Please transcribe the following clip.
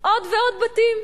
עוד ועוד בתים.